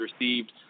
received